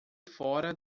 fora